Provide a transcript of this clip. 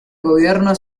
gobierno